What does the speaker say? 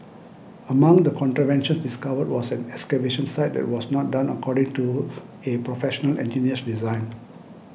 among the contraventions discovered was an excavation site that was not done according to a Professional Engineer's design